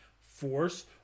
force